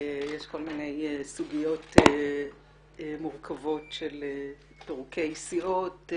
יש כל מיני סוגיות מורכבות של פירוקי סיעות,